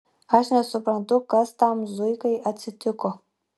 aš nesuprantu kas tam zuikai atsitiko